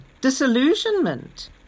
Disillusionment